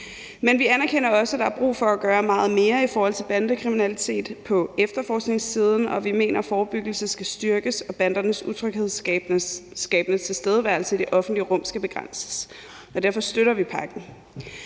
Men vi anerkender også, at der er brug for at gøre meget mere i forhold til bandekriminalitet på efterforskningssiden, og vi mener, at forebyggelse skal styrkes og bandernes utryghedsskabende tilstedeværelse i det offentlige rum skal begrænses. Og derfor støtter vi pakken.